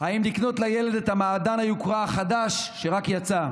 אם לקנות לילד את מעדן היוקרה החדש שרק יצא,